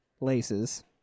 Laces